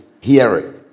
hearing